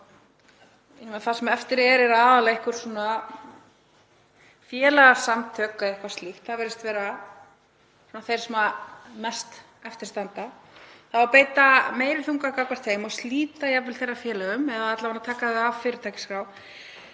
— það sem eftir er eru aðallega einhver félagasamtök eða eitthvað slíkt. Það virðast vera þeir sem mest eftir standa. Það á að beita meiri þunga gagnvart þeim og slíta jafnvel þeirra félögum eða alla vega taka þau af fyrirtækjaskrá